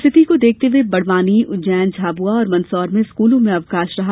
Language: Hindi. स्थिति को देखते हए बड़वानी उज्जैन झाबुआ और मंदसौर में स्कूलों में अवकाश रहा